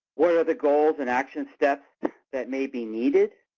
what are the goals and action steps that may be needed